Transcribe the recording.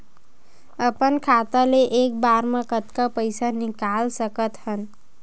अपन खाता ले एक बार मा कतका पईसा निकाल सकत हन?